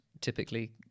typically